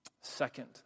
Second